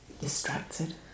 Distracted